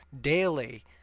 daily